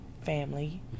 family